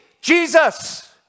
Jesus